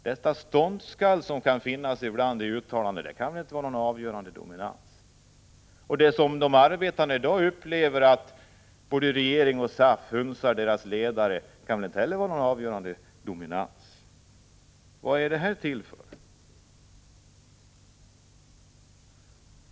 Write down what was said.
De ståndskall som ibland kan höras i uttalanden kan väl inte kallas för avgörande dominans? Att de arbetande i dag upplever att både regeringen och SAF hunsar fackförbundens ledare visar väl inte heller på någon avgörande dominans? Vad är detta påstående till för?